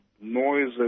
noises